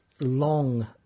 long